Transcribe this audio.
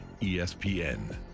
ESPN